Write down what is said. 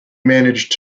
managed